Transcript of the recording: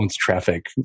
traffic